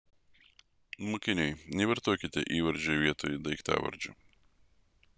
mokiniai nevartokite įvardžio vietoj daiktavardžio